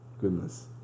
Goodness